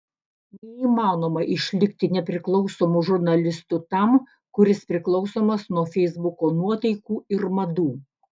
neįmanoma išlikti nepriklausomu žurnalistu tam kuris priklausomas nuo feisbuko nuotaikų ir madų